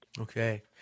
Okay